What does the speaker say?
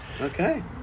Okay